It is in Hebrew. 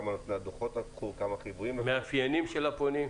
כמה דוחות לקחו --- מאפיינים של הפונים?